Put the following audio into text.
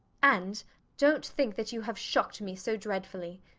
and dont think that you have shocked me so dreadfully.